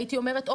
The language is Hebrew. הייתי אומרת,